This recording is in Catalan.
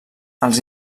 els